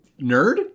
nerd